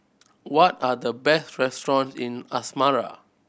what are the best restaurant in Asmara